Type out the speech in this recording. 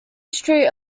street